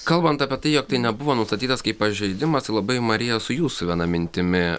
kalbant apie tai jog tai nebuvo nustatytas kaip pažeidimas labai marija su jūsų viena mintimi